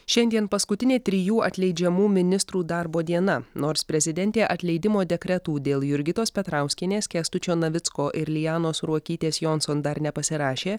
šiandien paskutinė trijų atleidžiamų ministrų darbo diena nors prezidentė atleidimo dekretų dėl jurgitos petrauskienės kęstučio navicko ir lianos ruokytės jonson dar nepasirašė